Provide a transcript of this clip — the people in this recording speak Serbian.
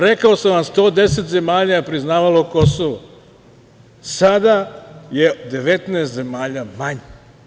Rekao sam vam, 110 zemalja je priznavalo Kosovo, sada je 19 zemalja manje.